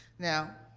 now,